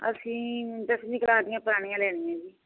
ਅਸੀਂ ਦਸਵੀਂ ਕਲਾਸ ਦੀਆਂ ਪੁਰਾਣੀਆਂ ਲੈਣੀਆਂ ਜੀ